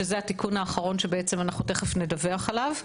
שזה התיקון האחרון שאנחנו תכף נדווח עליו.